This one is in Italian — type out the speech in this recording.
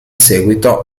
seguito